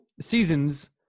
seasons